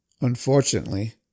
Unfortunately